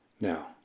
Now